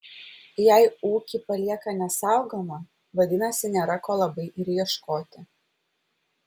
jei ūkį palieka nesaugomą vadinasi nėra ko labai ir ieškoti